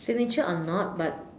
signature or not but